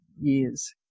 years